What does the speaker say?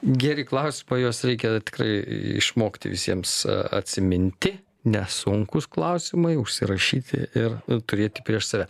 geri klausimai juos reikia tikrai išmokti visiems atsiminti nesunkūs klausimai užsirašyti ir turėti prieš save